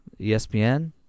ESPN